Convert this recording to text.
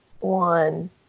one